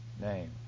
name